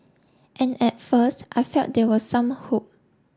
and at first I felt there was some hope